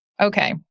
Okay